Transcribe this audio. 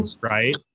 right